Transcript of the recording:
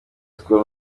school